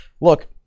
look –